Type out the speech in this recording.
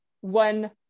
one